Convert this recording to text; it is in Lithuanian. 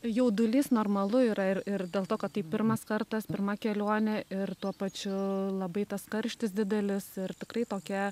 jaudulys normalu yra ir ir dėl to kad tai pirmas kartas pirma kelionė ir tuo pačiu labai tas karštis didelis ir tikrai tokia